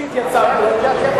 שהתייצבתם,